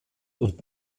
und